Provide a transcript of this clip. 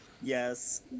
Yes